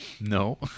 No